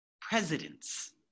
presidents